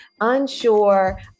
Unsure